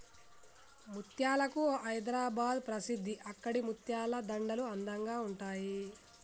ముత్యాలకు హైదరాబాద్ ప్రసిద్ధి అక్కడి ముత్యాల దండలు అందంగా ఉంటాయి